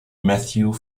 matthew